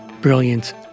brilliance